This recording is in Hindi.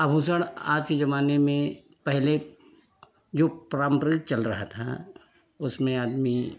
आभूषण आज के जमाने में पहले जो पारम्परिक चल रहा था उसमें आदमी